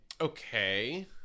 Okay